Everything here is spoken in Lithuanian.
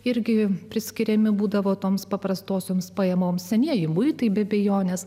irgi priskiriami būdavo toms paprastosioms pajamoms senieji muitai be abejonės